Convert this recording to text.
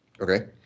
Okay